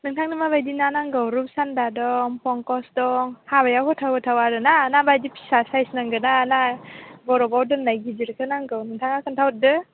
नोंथांनो माबायदि ना नांगौ रुप सान्दा दं पंकज दं हाबायाव गोथाव गोथाव आरो ना ना बिदि फिसा साइज नांगौ ना बरफआव दोननाय गिदिरखौ नांगौ नोंथाङा खोन्था हरदो